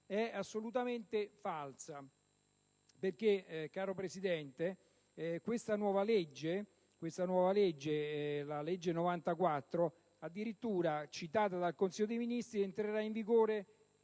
è assolutamente falsa perché, caro Presidente, la nuova legge n. 94 del 2009, addirittura citata dal Consiglio dei ministri, entrerà in vigore